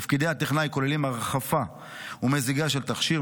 תפקידי הטכנאי כוללים הרחפה ומזיגה של תכשיר,